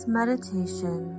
meditation